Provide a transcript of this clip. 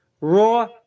raw